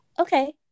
okay